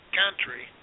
country